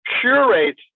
curate